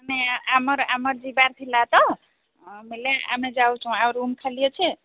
ନାଇଁ ଆମର ଆମର ଯିବାର ଥିଲା ତ ବେଲେ ଆମେ ଯାଉଛୁଁ ଆଉ ରୁମ୍ ଖାଲି ଅଛେ